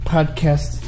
Podcast